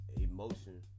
emotion